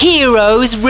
Heroes